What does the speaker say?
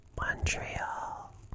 Montreal